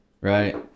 right